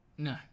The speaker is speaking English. No